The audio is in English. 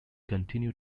continue